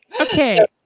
Okay